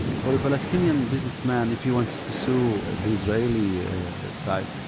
for a palestinian businessman, if he wants to sue the israeli side,